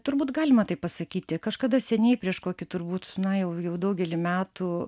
turbūt galima taip pasakyti kažkada seniai prieš kokį turbūt na jau jau daugelį metų